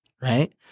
right